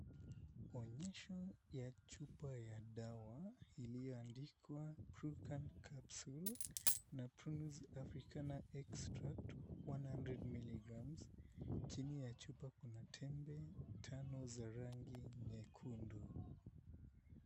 Onyesho ya chupa ya dawa iliyoandikwa, Prucan Capsule na Prunuz Africana Extract 100 Milligrams. Chini ya chupa kuna tembe tano za rangi nyekundu.